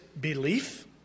belief